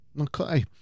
Okay